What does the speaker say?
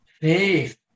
faith